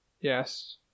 Yes